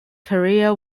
career